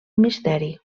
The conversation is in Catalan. misteri